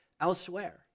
elsewhere